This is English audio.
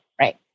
Right